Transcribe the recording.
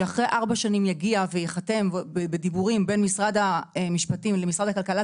שאחרי ארבע שנים יגיע וייחתם בדיבורים בין משרד המשפטים למשרד הכלכלה,